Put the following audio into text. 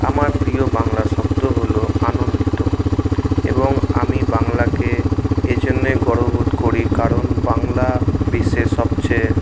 আমার প্রিয় বাংলা শব্দ হলো আনন্দিত এবং আমি বাংলাকে এই জন্যেই গর্ব বোধ করি কারণ বাংলা বিশ্বের সবচেয়ে